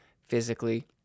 physically